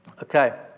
Okay